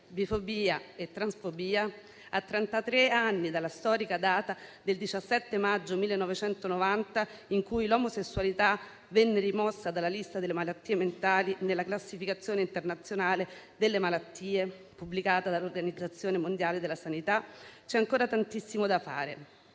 bifobia e la transfobia e a trentatré anni dalla storia data del 17 maggio 1990, quando l'omosessualità venne rimossa dalla lista delle malattie mentali nella classificazione internazionale delle malattie pubblicata dall'Organizzazione mondiale della sanità, c'è ancora tantissimo da fare.